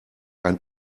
ein